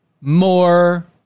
more